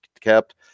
kept